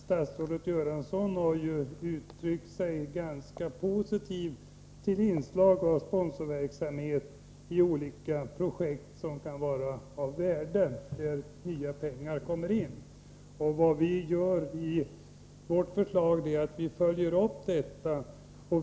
Statsrådet Göransson har ju uttryckt sig ganska positivt till inslag av sponsorverksamhet i olika projekt som kan vara av värde när nya pengar kommer in. Vad vi gör i vårt förslag är att följa upp detta.